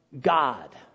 God